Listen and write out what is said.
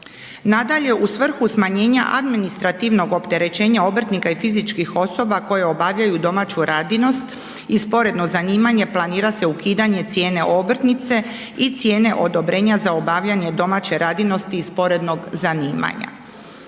Nadalje, u svrhu smanjena administrativnog opterećenja obrtnika i fizičkih osoba koje obavljaju domaću radinost i sporno zanimanje planira se ukidanje cijene obrtnice i cijene odobrenja za obavljanje domaće radinosti i sporednog zanimanja.